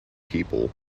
people